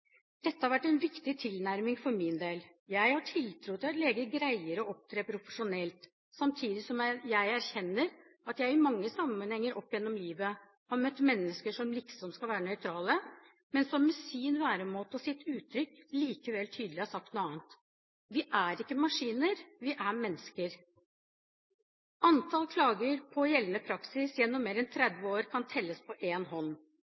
Dette har vært en viktig tilnærming for min del. Jeg har tiltro til at leger greier å opptre profesjonelt, samtidig som jeg erkjenner at jeg i mange sammenhenger opp gjennom livet har møtt mennesker som liksom skal være nøytrale, men som med sin væremåte og sitt uttrykk likevel tydelig har sagt noe annet. Vi er ikke maskiner, vi er mennesker. Antall klager på gjeldende praksis gjennom mer enn 30 år, kan telles på én hånd.